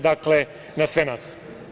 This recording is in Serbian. Dakle, na sve nas.